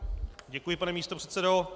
Děkuji, pane místopředsedo.